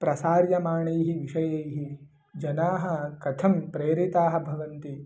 प्रसार्यमाणैः विषयैः जनाः कथं प्रेरिताः भवन्ति